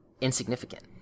insignificant